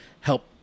help